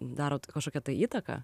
darot kažkokią tai įtaką